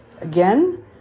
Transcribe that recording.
again